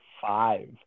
five